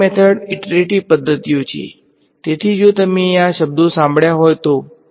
અને જો મારે આ 1 લાખ વખત કરવું પડશે અથવા મોટી સંખ્યામાં તમે લાખો વખત જાણો છો તો શું થશે